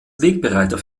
wegbereiter